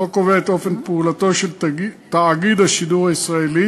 החוק קובע את אופן פעולתו של תאגיד השידור הישראלי.